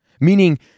meaning